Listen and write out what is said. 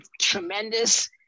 tremendous